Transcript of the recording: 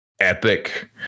epic